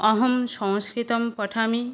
अहं संस्कृतं पठामि